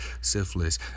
syphilis